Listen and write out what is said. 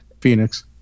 Phoenix